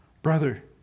Brother